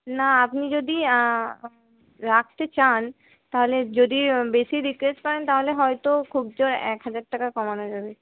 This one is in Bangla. না আপনি যদি রাখতে চান তাহলে যদি বেশি রিকোয়েস্ট করেন তাহলে হয়তো খুব জোর এক হাজার টাকা কমানো যাবে